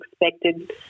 expected